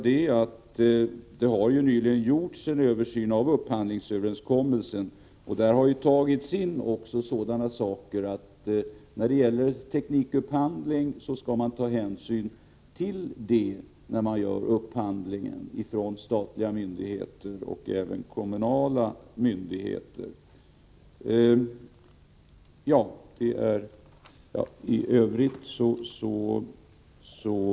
Det har nyligen gjorts en översyn av upphandlingsöverenskommelsen, varvid det har framhållits bl.a. att det skall tas hänsyn till statliga och kommunala myndigheter i samband med teknikupphandling.